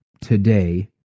today